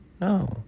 No